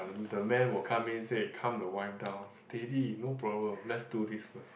the man will come in say calm the wife down steady no problem let's do this first